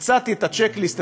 ביצעתי את ה-check list,